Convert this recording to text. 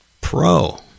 pro